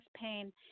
pain